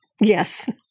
Yes